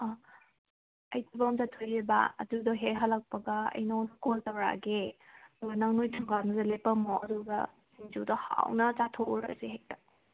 ꯑꯥ ꯑꯩ ꯊꯕꯛ ꯑꯃ ꯆꯠꯊꯣꯛꯏ ꯑꯕ ꯑꯗꯨꯗꯣ ꯍꯦꯛ ꯍꯜꯂꯛꯄꯒ ꯑꯩ ꯅꯉꯣꯟꯗ ꯀꯣꯜ ꯇꯧꯔꯛꯑꯒꯦ ꯑꯗꯨꯒ ꯅꯪ ꯅꯣꯏ ꯊꯣꯡꯒꯥꯟꯗꯨꯗ ꯂꯦꯞꯄꯝꯃꯣ ꯑꯗꯨꯒ ꯁꯤꯡꯖꯨꯗꯣ ꯍꯥꯎꯅ ꯆꯥꯊꯣꯛꯎꯔꯁꯦ ꯍꯦꯛꯇ